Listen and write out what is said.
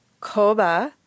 Koba